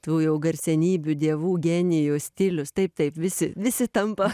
tų jau garsenybių dievų genijų stilius taip taip visi visi tampa